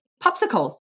popsicles